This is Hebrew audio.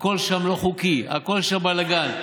הכול שם לא חוקי, הכול שם בלגן.